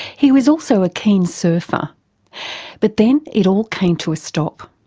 he was also a keen surfer but then it all came to a stop.